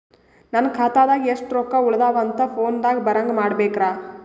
ನನ್ನ ಖಾತಾದಾಗ ಎಷ್ಟ ರೊಕ್ಕ ಉಳದಾವ ಅಂತ ಫೋನ ದಾಗ ಬರಂಗ ಮಾಡ ಬೇಕ್ರಾ?